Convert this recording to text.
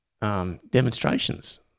demonstrations